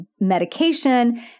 medication